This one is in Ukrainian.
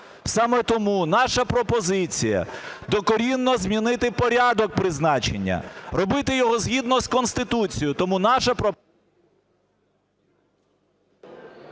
Саме тому наша пропозиція докорінно змінити порядок призначення, робити його згідно з Конституцією.